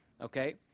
Okay